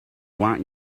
want